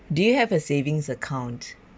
do you have a savings account